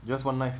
just one knife